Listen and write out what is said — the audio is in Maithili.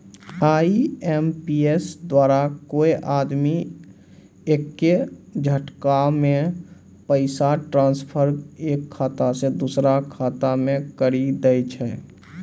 आई.एम.पी.एस द्वारा कोय आदमी एक्के झटकामे पैसा ट्रांसफर एक खाता से दुसरो खाता मे करी दै छै